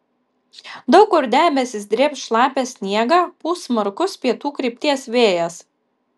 daug kur debesys drėbs šlapią sniegą pūs smarkus pietų krypties vėjas